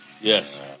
Yes